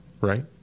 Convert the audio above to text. Right